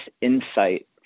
insight